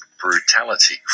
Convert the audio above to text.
brutality